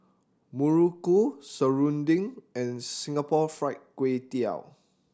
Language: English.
muruku serunding and Singapore Fried Kway Tiao